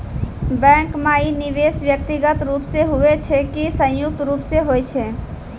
Bank माई निवेश व्यक्तिगत रूप से हुए छै की संयुक्त रूप से होय छै?